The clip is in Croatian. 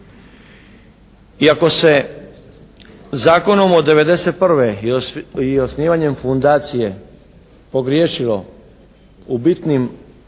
Iako se zakonom od '91. i osnivanjem fundacije pogriješilo u bitnim